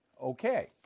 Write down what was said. Okay